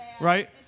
Right